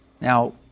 now